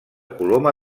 coloma